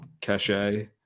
cachet